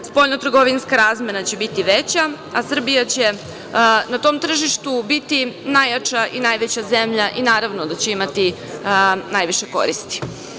Spoljno trgovinska razmena će biti veća, a Srbija će na tom tržištu biti najjača i najveća zemlja i naravno da će imati najviše koristi.